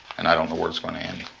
and i don't know where it's going to end.